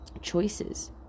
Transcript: choices